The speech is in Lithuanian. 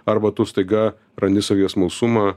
arba tu staiga randi savyje smalsumą